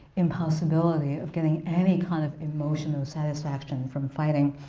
impossibility of getting any kind of emotional satisfaction from fighting.